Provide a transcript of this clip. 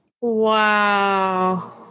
Wow